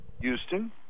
Houston